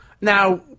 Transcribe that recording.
now